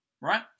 Right